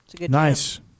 Nice